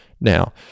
now